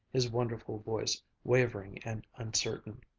his wonderful voice wavering and uncertain.